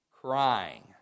crying